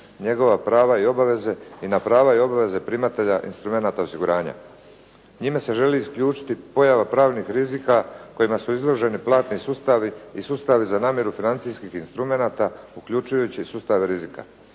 njegova prava i obveze i na prava i obveze primatelja instrumenata osiguranja. Njime se želi isključiti pojava pravnih rizika kojima su izloženi platni sustavi i sustavi za namjeru financijskih instrumenata uključujući sustav rizika.